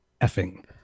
effing